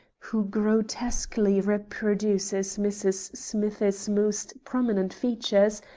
who grotesquely reproduces mrs. smith's most prominent features,